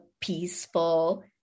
peaceful